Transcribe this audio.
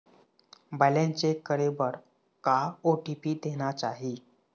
Balance check करे बर का ओ.टी.पी देना चाही?